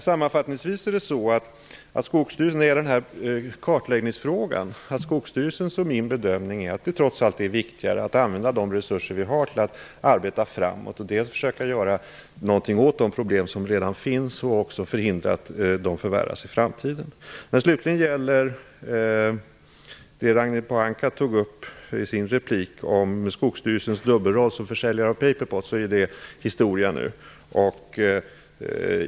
Sammanfattningsvis är det så när det gäller den här kartläggningsfrågan, att Skogsstyrelsens och min bedömning är att det trots allt är viktigare att använda de resurser vi har till att arbeta framåt och dels försöka göra någonting åt de problem som redan finns, dels förhindra att de förvärras i framtiden. När det slutligen gäller det Ragnhild Pohanka tog upp om Skogsstyrelsens dubbelroll som försäljare av paperpot är det historia nu.